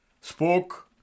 spoke